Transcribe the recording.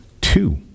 two